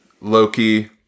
Loki